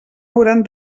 hauran